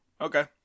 okay